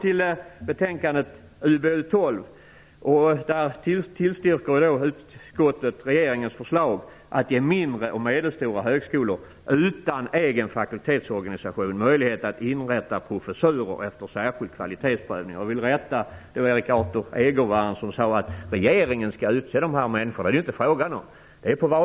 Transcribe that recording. I betänkandet UbU12 tillstyrker utskottet regeringens förslag om att ge mindre och medelstora högskolor som saknar egen fakultetsorganisation möjligheter att inrätta professurer efter särskild kvalitetsprövning. Jag vill rätta Erik Arthur Egervärn som sade att regeringen skall utse dessa personer. Det är inte frågan om det.